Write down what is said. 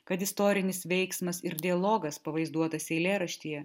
kad istorinis veiksmas ir dialogas pavaizduotas eilėraštyje